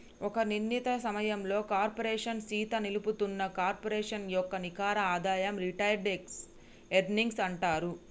ఒక నిర్ణీత సమయంలో కార్పోరేషన్ సీత నిలుపుతున్న కార్పొరేషన్ యొక్క నికర ఆదాయం రిటైర్డ్ ఎర్నింగ్స్ అంటారు